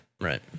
right